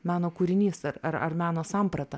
meno kūrinys ar ar ar meno samprata